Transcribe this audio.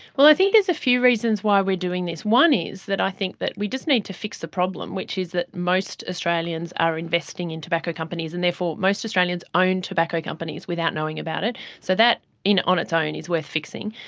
well, i think there's a few reasons why we are doing this. one is that i think that we just need to fix the problem, which is that most australians are investing in tobacco companies and therefore most australians own tobacco companies without knowing about it, so that on its own and is worth fixing.